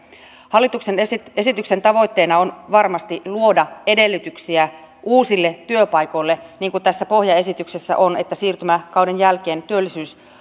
hallituksen esityksen esityksen tavoitteena on varmasti luoda edellytyksiä uusille työpaikoille niin kuin tässä pohjaesityksessä on että siirtymäkauden jälkeen työllisyys